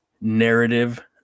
narrative